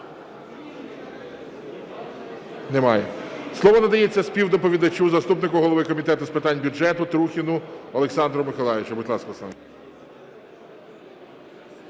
Немає.